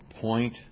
point